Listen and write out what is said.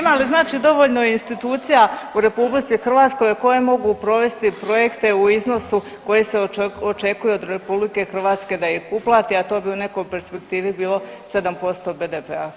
Ima li znači dovoljno institucija u RH koje mogu provesti projekte u iznosu koji se očekuje od RH da ih uplati, a to bi u nekoj perspektivi bilo 7% BDP-a.